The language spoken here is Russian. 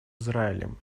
израилем